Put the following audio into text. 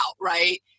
right